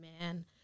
man